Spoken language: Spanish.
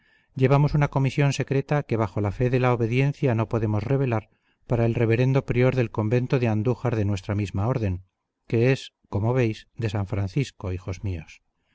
llevamos una comisión secreta que bajo la fe de la obediencia no podemos revelar para el reverendo prior del convento de andújar de nuestra misma orden que es corno veis de san francisco hijos míos